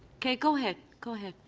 okay. go ahead. go ahead.